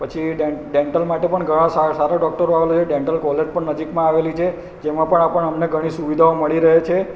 પછી ડેન્ટલ માટે પણ ઘણા સારા સારા ડોક્ટરો આવેલા છે ડેન્ટલ કોલેજ પણ નજીકમાં આવેલી છે જેમાં પણ આપણ અમને ઘણી સુવિધાઓ મળી રહે છે